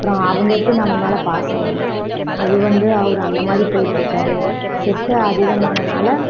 அப்புறம் அவங்க எப்படி நம்ம மேலே பாசம் வரும் அது வந்து அவர் அந்த மாதிரி போயிட்டிருக்காரு செட்டு அதிகமானதால